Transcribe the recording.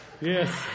Yes